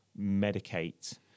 medicate